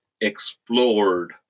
explored